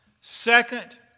second